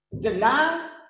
deny